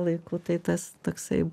laiku tai tas toksai